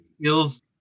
feels